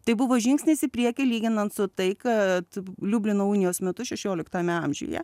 tai buvo žingsnis į priekį lyginant su tai kad liublino unijos metus šešioliktame amžiuje